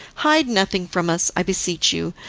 hide nothing from us, i beseech you,